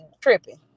tripping